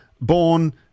born